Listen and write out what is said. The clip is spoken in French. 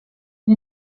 une